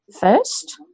first